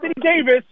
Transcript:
Davis